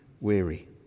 weary